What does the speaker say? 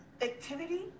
activity